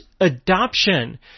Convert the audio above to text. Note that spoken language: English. adoption